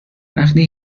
وقتی